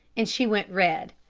and she went red.